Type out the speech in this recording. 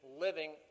living